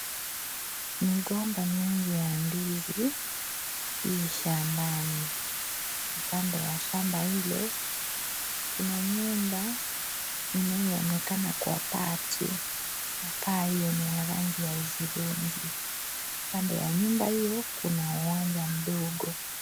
Migomba mingi ya ndizi Ii shambani, na kando ya shamba hilo kuna nyumba inayoonekana kwa paa tu ,na paa hiyo ni ya rangi ya hudhurungi kando ya nyumba hiyo kuna uwanja mdogo.